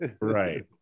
Right